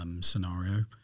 scenario